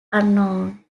unknown